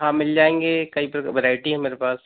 हाँ मिल जायेंगी कई पे वैराइटी है मेरे पास